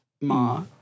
Ma